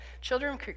Children